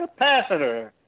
Capacitor